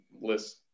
list